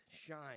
shine